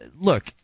look